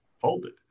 folded